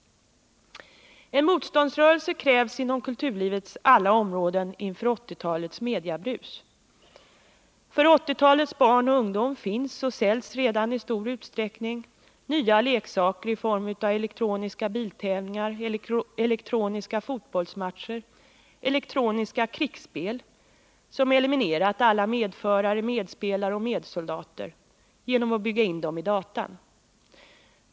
En motståndsrörelse krävs inom kulturlivets alla områden inför 1980-talets mediabrus. För 1980-talets barn och ungdom finns och säljs redan i stor utsträckning nya leksaker i form av elektroniska biltävlingar, elektroniska fotbollsmatcher och elektroniska krigsspel som eliminerat alla medförare, medspelare och medsoldater genom att man byggt in dem i datan.